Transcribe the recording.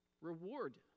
reward